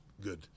good